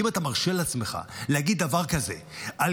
כי אם אתה מרשה לעצמך להגיד דבר כזה על